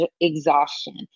exhaustion